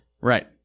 Right